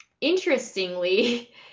interestingly